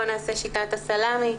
בואו נעשה שיטת הסלאמי',